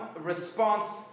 response